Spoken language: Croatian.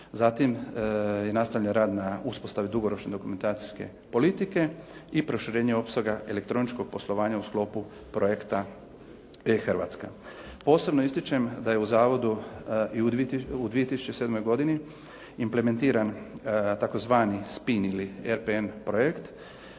Zatim je nastavljen rad na uspostavi dugoročne dokumentacijske politike i proširenje opsega elektroničkog poslovanja u sklopu projekta E-Hrvatska. Posebno ističem da je u zavodu i u 2007. godini implementiran tzv. spin ili RPN projekt,